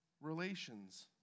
relations